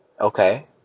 Okay